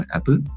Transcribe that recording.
Apple